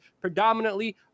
predominantly